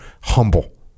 Humble